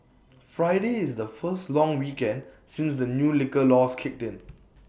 Friday is the first long weekend since the new liquor laws kicked in